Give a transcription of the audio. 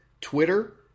Twitter